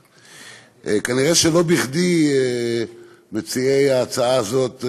כנראה שלא בכדי מציעי ההצעה הזאת,